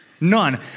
None